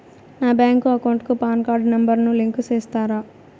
నా bank account కు PAN card number ను లింకు సేస్తారా?